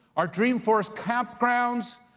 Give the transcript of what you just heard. our dreamforce campgrounds,